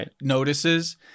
notices